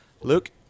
Luke